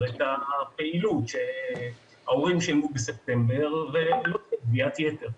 את הפעילות שההורים שילמו בספטמבר ולא תהיה גביית יתר.